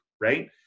right